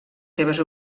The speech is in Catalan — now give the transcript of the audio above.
seves